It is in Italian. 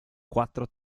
quattro